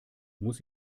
muss